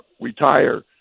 Retire